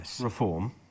reform